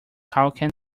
coughing